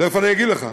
תכף אני אגיד לך.